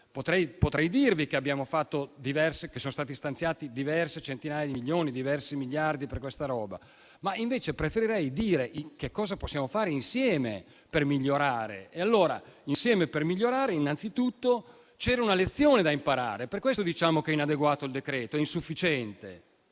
Potrei dirvi che sono state stanziate diverse centinaia di milioni e diversi miliardi per questi ambiti, ma invece preferirei dire che cosa possiamo fare insieme per migliorare. Innanzitutto c'era una lezione da imparare e per questo diciamo che il decreto-legge è inadeguato e insufficiente: